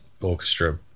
orchestra